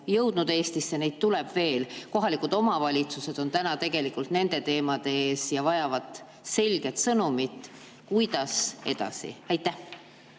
jõudnud Eestisse ja neid tuleb veel. Kohalikud omavalitsused on juba täna nende teemade ees ja vajavad selget sõnumit, kuidas edasi. Aitäh!